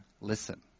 listen